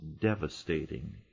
devastating